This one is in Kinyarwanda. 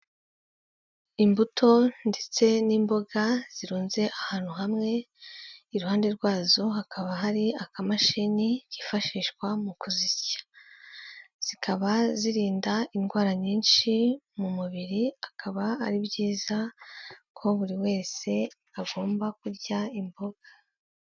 Imbuto ndetse n'imboga zirunze ahantu hamwe, iruhande rwazo hakaba hari akamashini kifashishwa mu kuzisya, zikaba zirinda indwara nyinshi mu mubiri, akaba ari byiza ko buri wese agomba kurya imboga.